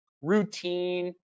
routine